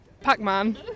Pac-Man